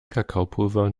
kakaopulver